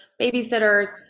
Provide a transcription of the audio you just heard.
babysitters